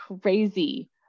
crazy